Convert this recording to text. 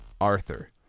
arthur